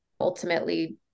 ultimately